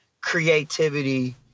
creativity